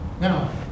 Now